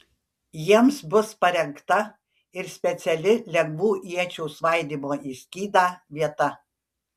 jiems bus parengta ir speciali lengvų iečių svaidymo į skydą vieta